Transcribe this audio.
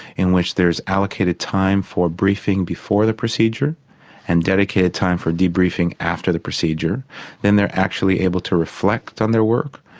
in which there's allocated time for briefing before the procedure and dedicate a time for debriefing after the procedure then they're actually able to reflect on their work,